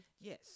Yes